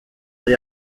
yari